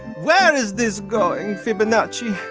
where is this going, fibonacci?